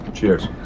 Cheers